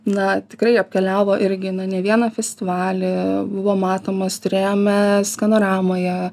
na tikrai apkeliavo irgi na ne vieną festivalį buvo matomas turėjome skanoramoje